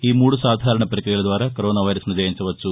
ఈ మూడు సాధారణ పక్రియల ద్వారా కరోనా వైరస్ను జయించవచ్చు